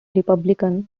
republican